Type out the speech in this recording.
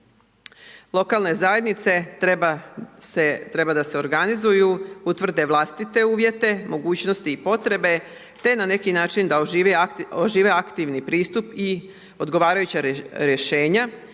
Lokalne zajednice trebaju se organizirati, utvrde vlastite uvjete, mogućnosti i potrebe, te na neki način da ožive aktivni pristup i odgovarajuća rješenja